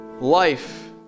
Life